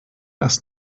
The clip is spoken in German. das